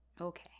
Okay